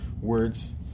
words